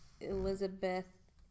Elizabeth